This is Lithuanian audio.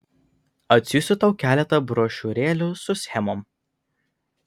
atsiųsiu tau keletą brošiūrėlių su schemom